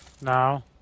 now